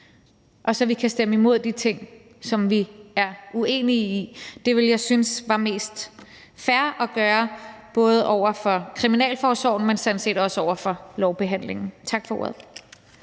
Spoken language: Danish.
og så vi kan stemme imod de ting, som vi er uenige i. Det ville jeg synes var mest fair at gøre, både over for kriminalforsorgen, men sådan set også over for lovbehandlingen. Tak for ordet.